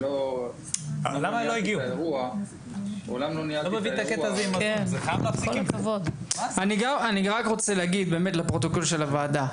אמנם לא ניהלתי את האירוע --- אני רק רוצה לומר לפרוטוקול של הוועדה.